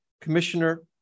Commissioner